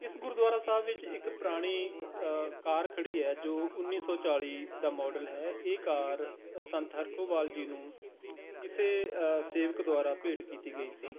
ਇਸ ਗੁਰਦੁਆਰਾ ਸਾਹਿਬ ਵਿੱਚ ਇੱਕ ਪੁਰਾਣੀ ਕਾਰ ਖੜ੍ਹੀ ਹੈ ਜੋ ਉੱਨੀ ਸੌ ਚਾਲੀ ਦਾ ਮਾਡਲ ਹੈ ਇਹ ਕਾਰ ਸੰਤ ਹਰਖੋਵਾਲ ਜੀ ਨੂੰ ਕਿਸੇ ਸੇਵਕ ਦੁਆਰਾ ਭੇਟ ਕੀਤੀ ਗਈ ਸੀ